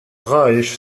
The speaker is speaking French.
reich